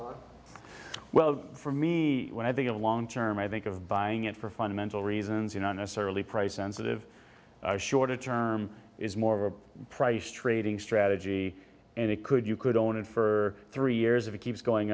well for me when i think of long term i think of buying it for fundamental reasons you know necessarily price sensitive shorter term is more of a price trading strategy and it could you could own it for three years of it keeps going